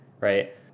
right